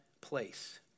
place